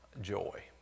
joy